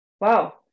wow